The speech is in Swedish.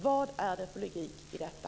Vad är det för logik i detta?